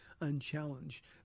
unchallenged